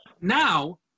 Now